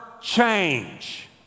change